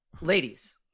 Ladies